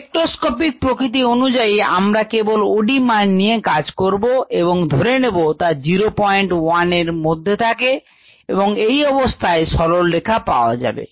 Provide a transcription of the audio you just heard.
spectroscopic প্রকৃতি অনুযায়ী আমরা কেবল OD মান নিয়ে কাজ করব এবং ধরে নেব তা জিরো পয়েন্ট ওয়ান এর মধ্যে এবং এই অবস্থায় সরলরেখা পাওয়া যাবে